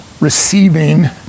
receiving